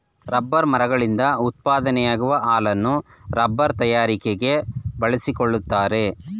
rubber ಮರಗಳಿಂದ ಉತ್ಪಾದನೆಯಾಗುವ ಹಾಲನ್ನು ರಬ್ಬರ್ ತಯಾರಿಕೆ ಬಳಸಿಕೊಳ್ಳುತ್ತಾರೆ